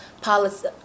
policy